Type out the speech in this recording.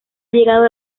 llegado